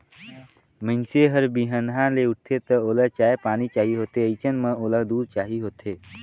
मइनसे हर बिहनहा ले उठथे त ओला चाय पानी चाही होथे अइसन म ओला दूद चाही होथे